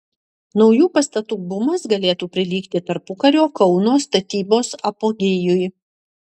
naujų pastatų bumas galėtų prilygti tarpukario kauno statybos apogėjui